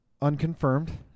unconfirmed